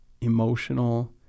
emotional